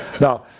Now